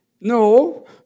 No